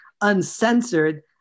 uncensored